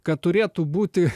kad turėtų būti